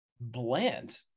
bland